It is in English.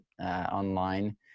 online